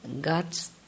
God's